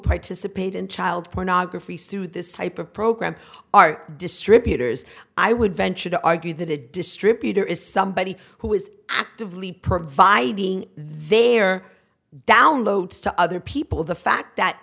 participate in child pornography sue this type of program are distributors i would venture to argue that a distributor is somebody who is actively providing their downloads to other people the fact that